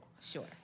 Sure